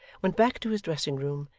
went back to his dressing-room,